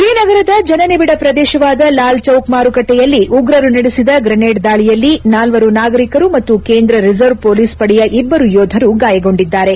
ತ್ರೀನಗರದ ಜನನಿಬಿಡ ಶ್ರದೇಶವಾದ ಲಾಲ್ ಚೌಕ್ ಮಾರುಕಟ್ಟೆಯಲ್ಲಿ ಉಗ್ರರು ನಡೆಸಿದ ರ್ರೆನೇಡ್ ದಾಳಿಯಲ್ಲಿ ನಾಲ್ವರು ನಾಗರಿಕರು ಮತ್ತು ಕೇಂದ್ರ ರಿಸರ್ವ್ ಮೋಲಿಸ್ ಪಡೆಯ ಇಬ್ಲರು ಯೋಧರು ಗಾಯಗೊಂಡಿದ್ದಾರೆ